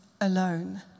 alone